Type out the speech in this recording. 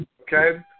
okay